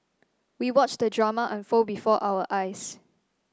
we watched the drama unfold before our eyes